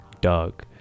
Doug